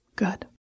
Good